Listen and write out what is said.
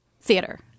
theater